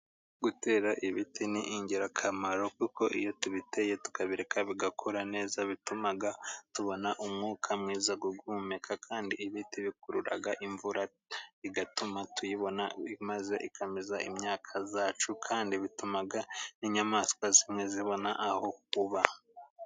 Gutera ibiti ni ingirakamaro, kuko iyo tubiteye tukabireka bigakura neza bituma tubona umwuka mwiza guhumeka kandi ibiti bikurura imvura, igatuma tuyibona maze ikameza imyaka yacu kandi bituma n'inyamaswa zimwe zibona aho kuba.